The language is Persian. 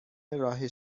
راه